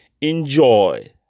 Enjoy